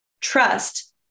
Trust